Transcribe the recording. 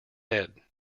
head